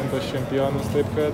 tas čempionas taip kad